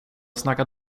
snacka